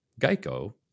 Geico